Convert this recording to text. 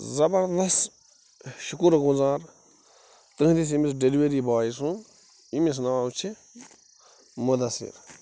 زبردست شُکُر گُزار تٔہٕنٛدِس ییٚمِس ڈیٚلِؤری بایہِ سُنٛد یٔمِس ناو چھُ مُدثِر